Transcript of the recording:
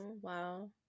wow